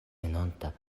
venonta